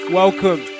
welcome